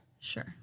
Sure